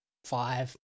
five